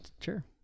Sure